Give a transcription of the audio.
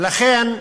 ולכן,